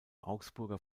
augsburger